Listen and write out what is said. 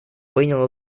принял